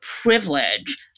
privilege